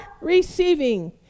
receiving